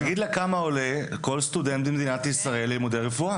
תגיד לה כמה עולה כל סטודנט בישראל בלימודי רפואה